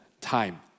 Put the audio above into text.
time